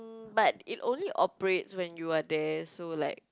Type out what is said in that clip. but it only operates when you are there so like